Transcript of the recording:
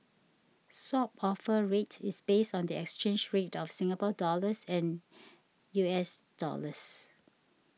Swap Offer Rate is based on the exchange rate of Singapore dollars with U S dollars